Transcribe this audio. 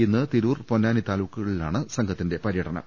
ഇന്ന് തിരൂർ പൊന്നാനി താലൂക്കുകളിലാണ് സംഘത്തിന്റെ പര്യടനം